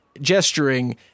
gesturing